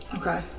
Okay